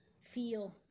feel